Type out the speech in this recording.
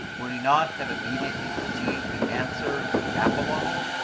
would he not have immediately received the answer in the apologue?